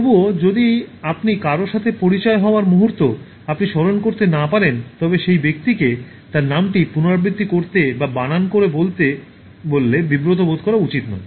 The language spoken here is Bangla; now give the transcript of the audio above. তবুও যদি আপনি কারও সাথে পরিচয় হওয়ার মুহুর্ত আপনি স্মরণ করতে না পারেন তবে সেই ব্যক্তিকে তার নামটি পুনরাবৃত্তি করতে বা বানান করে বলতে বললে বিব্রত বোধ করা উচিত নয়